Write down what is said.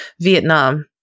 Vietnam